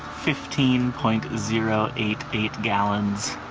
fifteen point zero eight eight gallons.